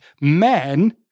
Men